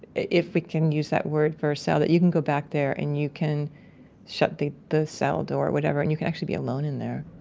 if we can use that word for a cell, that you can go back there and you can shut the the cell door, whatever, and you can actually be alone in there